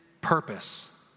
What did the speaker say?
purpose